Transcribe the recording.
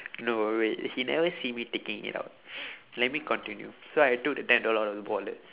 no wait he never see me taking it out let me continue so I took the ten dollar out of the wallet